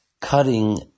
cutting